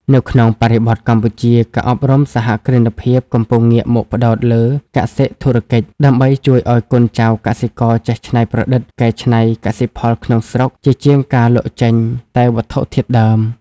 នៅក្នុងបរិបទកម្ពុជា ការអប់រំសហគ្រិនភាពកំពុងងាកមកផ្ដោតលើ "កសិ-ធុរកិច្ច" ដើម្បីជួយឱ្យកូនចៅកសិករចេះច្នៃប្រឌិតកែច្នៃកសិផលក្នុងស្រុក ជាជាងការលក់ចេញតែវត្ថុធាតុដើម។